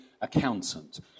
accountant